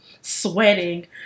sweating